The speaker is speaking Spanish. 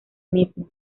mismo